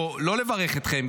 או לא לברך אתכם,